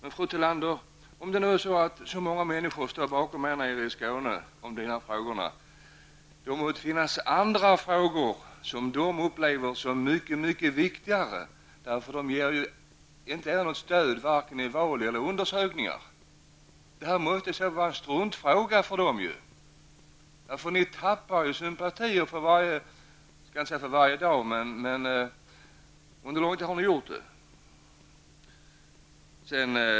Fru Tillander! Om nu så många människor står bakom er nere i Skåne när det gäller de här frågorna, så måste det finnas andra frågor som de upplever som mycket viktigare. De ger ju inte er något stöd vare sig i val eller i undersökningar. Detta måste vara en struntfråga för dem, för ni har ju tappat sympatier -- jag skall inte säga för varje dag, men under lång tid.